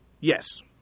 yes